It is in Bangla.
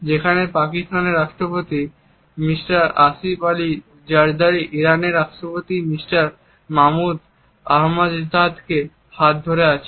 যেখানে পাকিস্তানের রাষ্ট্রপতি মিস্টার আসিফ আলী জারদারি ইরানের রাষ্ট্রপতি মিস্টার মাহমুদ আহমাদিনেজাদকে হাত ধরে আছেন